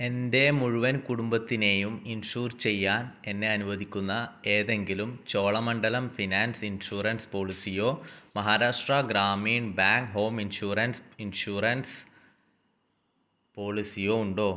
എൻ്റെ മുഴുവൻ കുടുമ്പത്തിനേയും ഇൻഷുർ ചെയ്യാൻ എന്നെ അനുവദിക്കുന്ന ഏതെങ്കിലും ചോളമണ്ഡലം ഫിനാൻസ് ഇൻഷുറൻസ് പോളിസിയോ Maharashtra Gramin bank home insurance insurance പോളിസിയോ ഉണ്ടോ